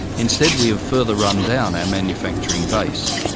instead we have further run down our manufacturing base,